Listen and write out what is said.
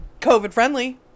COVID-friendly